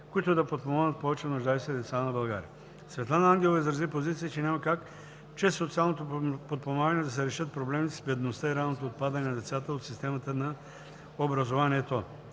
които да подпомогнат повече нуждаещи се деца на България. Светлана Ангелова изрази позиция, че няма как чрез социално подпомагане да се решат проблемите с бедността и ранното отпадане на децата от системата на образованието.